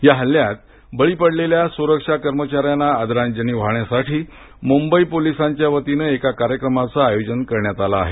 या हल्ल्यात बळी पडलेल्या सुरक्षा कर्मचाऱ्यांना आदरांजली वाहण्यासाठी मुंबई पोलिसांच्या वतीनं एका कार्यक्रमाचं आयोजन करण्यात आलं आहे